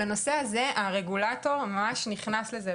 לנושא הזה, הרגולטור ממש נכנס לזה.